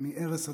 מהרס הדמוקרטיה.